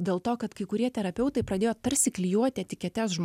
dėl to kad kai kurie terapeutai pradėjo tarsi klijuoti etiketes žmo